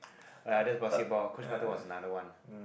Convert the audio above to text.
!aiya! that's basketball Coach-Carter was another one